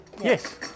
Yes